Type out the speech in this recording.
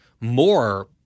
more